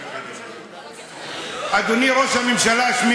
אדוני ראש הממשלה,